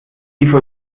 sie